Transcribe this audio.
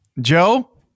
Joe